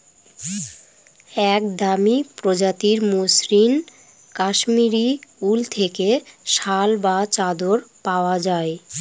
এক দামি প্রজাতির মসৃন কাশ্মীরি উল থেকে শাল বা চাদর পাওয়া যায়